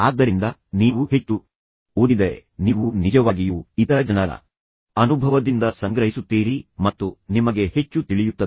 ಆದ್ದರಿಂದ ನೀವು ಹೆಚ್ಚು ಓದಿದರೆ ನೀವು ನಿಜವಾಗಿಯೂ ಇತರ ಜನರ ಅನುಭವದಿಂದ ಸಂಗ್ರಹಿಸುತ್ತೀರಿ ಮತ್ತು ನಿಮಗೆ ಹೆಚ್ಚು ತಿಳಿಯುತ್ತದೆ